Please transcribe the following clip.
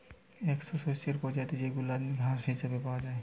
একটো শস্যের প্রজাতি যেইগুলা ঘাস হিসেবে পাওয়া যায়